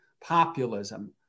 populism